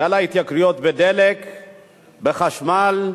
גל ההתייקרויות, בדלק, בחשמל,